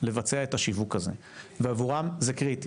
לבצע את השיווק הזה ועבורן זה קריטי,